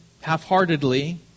half-heartedly